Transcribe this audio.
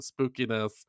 spookiness